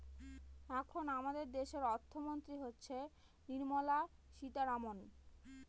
এখন আমাদের দেশের অর্থমন্ত্রী হচ্ছেন নির্মলা সীতারামন